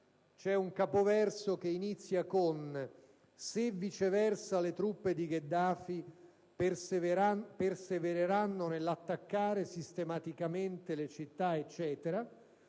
nel capoverso che inizia con «se, viceversa, le truppe di Gheddafi persevereranno nell'attaccare sistematicamente le città»